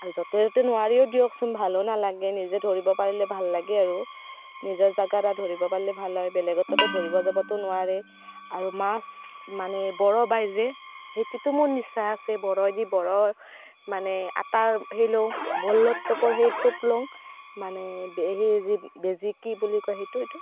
আৰু য'তে ত'তে নোৱাৰিও দিয়কচোন ভালো নালাগে নিজে ধৰিব পাৰিলে ভাল লাগে আৰু নিজৰ জাগাত আৰ ধৰিব পাৰিলে ভাল হয় বেলেগৰ তাতোতো ধৰিব যাব নোৱাৰেই আৰু মাছ মানে বৰ বাই যে সেইটোতো মোৰ নিচা আছে বৰইদি বৰ মানে আটাৰ সেই লওঁ বল্লৰ টোপৰ সেই টোপ লওঁ মানে সেই যি বেজি কি বুলি কয় সেইটো